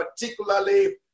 particularly